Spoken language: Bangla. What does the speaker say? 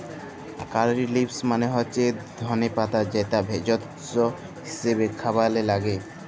কারী লিভস মালে হচ্যে ধলে পাতা যেটা ভেষজ হিসেবে খাবারে লাগ্যে